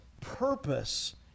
purpose